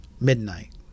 midnight